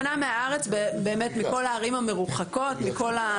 הארץ, מכל הערים המרוחקות.